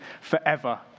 forever